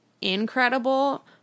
incredible